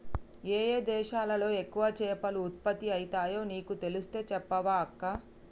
ఏయే దేశాలలో ఎక్కువ చేపలు ఉత్పత్తి అయితాయో నీకు తెలిస్తే చెప్పవ అక్కా